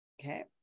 Okay